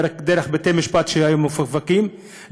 דרך בתי-משפט שהיו מפוקפקים,